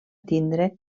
tindre